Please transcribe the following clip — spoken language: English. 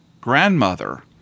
grandmother